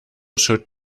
should